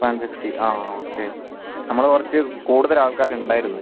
one fifty ആ okay നമ്മൾ കുറച്ച് കൂടുതൽ ആൾക്കാർ ഉണ്ടായിരുന്നു